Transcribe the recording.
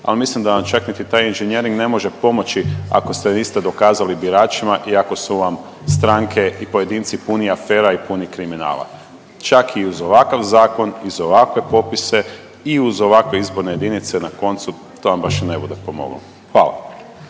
al mislim da vam čak niti taj inženjering ne može pomoći ako se niste dokazali biračima i ako su vam stranke i pojedinci puni afera i puni kriminala, čak i uz ovakav zakon i uz ovakve popise i uz ovakve izborne jedinice na koncu to vam baš i ne bude pomoglo, hvala.